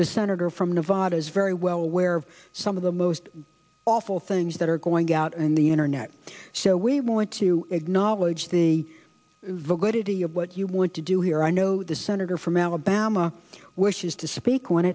the senator from nevada is very well aware of some of the most awful things that are going out and the internet so we want to acknowledge the validity of what you want to do here i know the senator from alabama wishes to speak